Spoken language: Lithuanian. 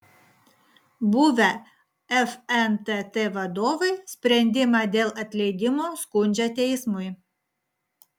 buvę fntt vadovai sprendimą dėl atleidimo skundžia teismui